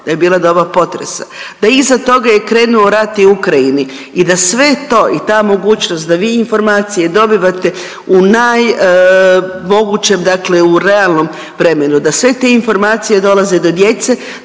da je bilo doba potresa, da iza toga je krenuo rat u Ukrajini i da sve to i ta mogućnost da vi informacije dobivate u najmogućem dakle u realnom vremenu, da sve te informacije dolaze do djece,